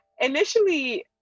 initially